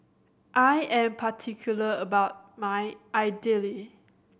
I am particular about my Idili